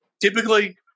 Typically